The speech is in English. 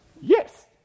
Yes